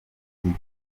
igihe